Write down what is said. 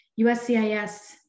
USCIS